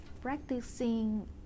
practicing